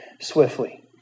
swiftly